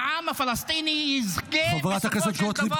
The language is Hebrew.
העם הפלסטיני יזכה בסופו של דבר -- חברת הכנסת גוטליב,